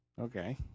Okay